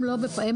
הם לא בבחירות.